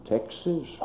Texas